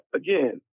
again